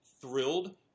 thrilled